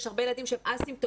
יש הרבה ילדים שהם אסימפטומטיים,